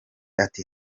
ati